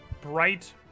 bright